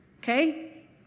Okay